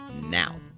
now